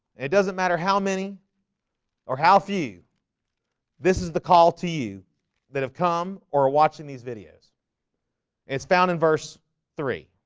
it doesn't matter how many or how few this is the call to you that have come or watching these videos it's found in verse three